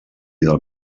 del